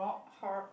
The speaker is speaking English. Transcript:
hark